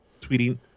tweeting